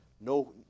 No